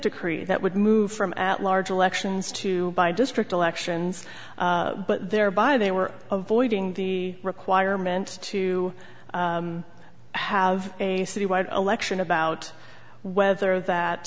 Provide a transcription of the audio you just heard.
decree that would move from at large elections to by district elections but there by they were avoiding the requirement to have a city wide election about whether